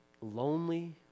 Lonely